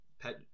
Pet